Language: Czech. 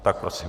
Tak prosím.